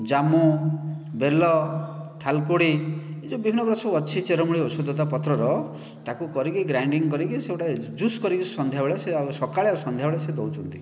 ଜାମୁ ବେଲ ଥାଲକୁଡ଼ି ଇଏ ଯେଉଁ ବିଭିନ୍ନ ପ୍ରକାର ଅଛି ସବୁ ଚେର ମୁଳି ଔଷଧ ତା' ପତ୍ରର ତାକୁ କରିକି ଗ୍ରାଇଣ୍ଡିଂ କରିକି ସେ ଗୋଟିଏ ଜୁସ୍ କରିକି ସନ୍ଧ୍ୟାବେଳେ ସେ ଆଉ ସକାଳେ ଆଉ ସନ୍ଧ୍ୟାବେଳେ ସେ ଦେଉଛନ୍ତି